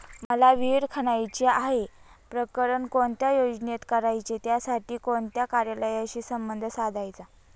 मला विहिर खणायची आहे, प्रकरण कोणत्या योजनेत करायचे त्यासाठी कोणत्या कार्यालयाशी संपर्क साधायचा?